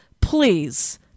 Please